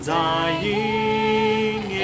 dying